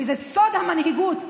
זה סוד המנהיגות,